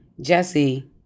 Jesse